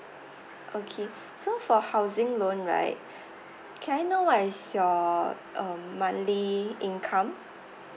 okay so for housing loan right can I know what is your um monthly income